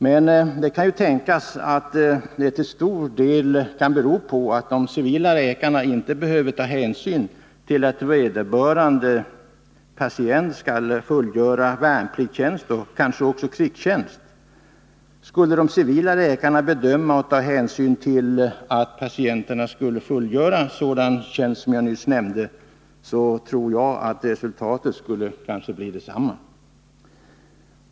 Men det kan ju tänkas att det till stor del beror på att de civila läkarna inte behöver ta hänsyn till att vederbörande patient skall fullgöra värnpliktstjänst och kanske också krigstjänst. Skulle de civila läkarna bedöma och ta hänsyn till att patienterna skall fullgöra sådan tjänst som jag nyss nämnde, tror jag att resultatet skulle bli detsamma.